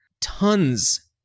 Tons